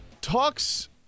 talks